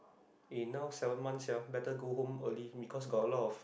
eh now seven month sia better go home early because got a lot of